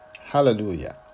Hallelujah